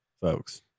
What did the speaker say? folks